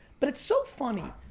but it's so funny.